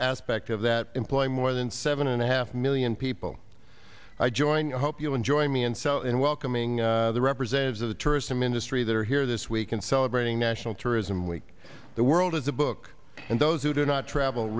aspect of that employ more than seven and a half million people i join you hope you enjoy me and so in welcoming the representatives of the tourism industry that are here this weekend celebrating national tourism week the world is a book and those who do not travel